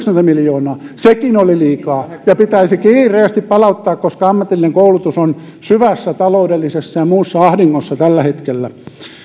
miljoonaa sekin oli liikaa ja pitäisi kiireesti palauttaa koska ammatillinen koulutus on syvässä taloudellisessa ja muussa ahdingossa tällä hetkellä